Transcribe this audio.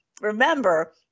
remember